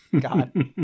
God